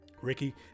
Ricky